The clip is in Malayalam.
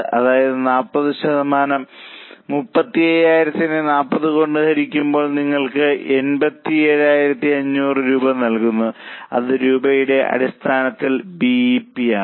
അതായത് 40 ശതമാനം 35000 നെ 40 കൊണ്ട് ഹരിക്കുമ്പോൾ നിങ്ങൾക്ക് 87500 രൂപ നൽകുന്നു അത് രൂപയുടെ അടിസ്ഥാനത്തിൽ ബി ഇ പി ആണ്